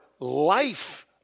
life